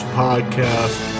podcast